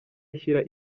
ashyira